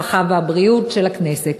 הרווחה והבריאות של הכנסת.